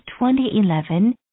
2011